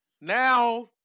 Now